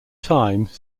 time